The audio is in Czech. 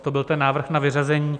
To byl ten návrh na vyřazení.